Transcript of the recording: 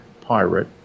pirate